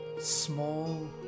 small